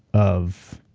of